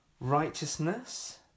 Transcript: righteousness